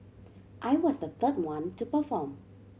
I was the third one to perform